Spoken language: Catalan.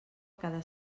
cada